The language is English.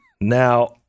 Now